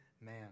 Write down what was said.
man